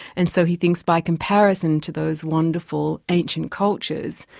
and so he thinks by comparison to those wonderful ancient cultures,